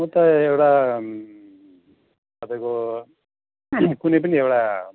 म त एउटा तपईँको कुनै पनि एउटा